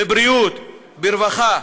בבריאות, ברווחה,